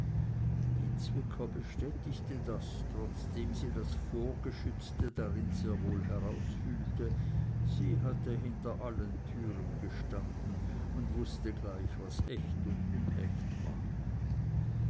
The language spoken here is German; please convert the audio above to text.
die zwicker bestätigte das trotzdem sie das vorgeschützte darin sehr wohl herausfühlte sie hatte hinter allen türen gestanden und wußte gleich was echt und unecht war